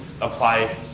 apply